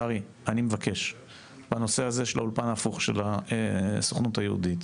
שרי אני מבקש בנושא הזה של האולפן ההפוך של הסוכנות היהודית